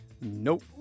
nope